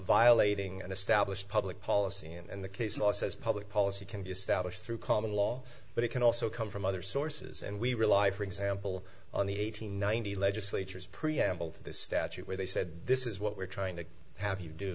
violating and establish public policy and the case law says public policy can be established through common law but it can also come from other sources and we rely for example on the eight hundred ninety legislatures preamble to the statute where they said this is what we're trying to have you do